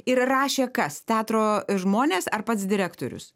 ir rašė kas teatro žmonės ar pats direktorius